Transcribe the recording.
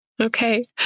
Okay